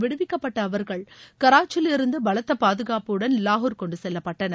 விடுவிக்கப்பட்ட அவர்கள் கராச்சிலிருந்து பலத்த பாதுகாப்புடன் லாகூர் கொண்டு செல்லப்பட்டனர்